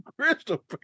Crystal